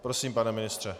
Prosím, pane ministře.